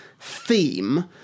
theme